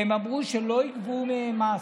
והן אמרו שלא יגבו מהם מס,